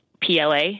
PLA